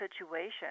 situation